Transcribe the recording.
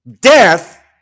death